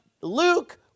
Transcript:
Luke